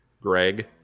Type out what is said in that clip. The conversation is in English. Greg